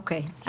אוקיי.